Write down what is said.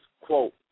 quote